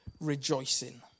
rejoicing